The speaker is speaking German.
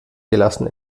gelassen